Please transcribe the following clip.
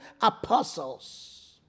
apostles